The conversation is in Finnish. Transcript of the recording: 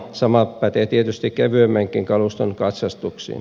sama pätee tietysti kevyemmänkin kaluston katsastuksiin